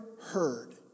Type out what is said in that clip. heard